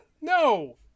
no